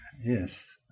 yes